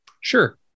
Sure